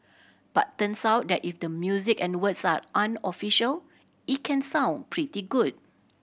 but turns out that if the music and words are unofficial it can sound pretty good